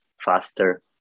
faster